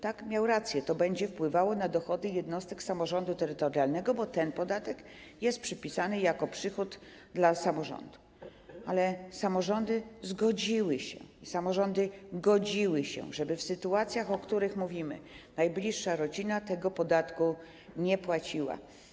Tak, miał rację, to będzie wpływało na dochody jednostek samorządu terytorialnego, bo ten podatek jest przypisany jako przychód samorządu, ale samorządy godziły się, żeby w sytuacjach, o których mówimy, najbliższa rodzina tego podatku nie płaciła.